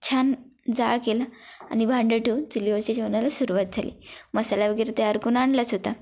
छान जाळ केला आणि भांडं ठेऊन चुलीवरच्या जेवणाला सुरुवात झाली मसाला वगैरे तयार कून आणलाच होता